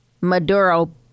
Maduro